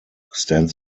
stands